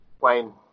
Wayne